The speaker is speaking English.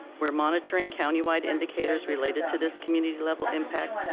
we're monitoring countywide indicators related to this community level impact,